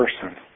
person